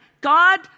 God